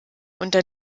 unter